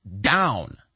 down